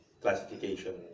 classification